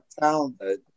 talented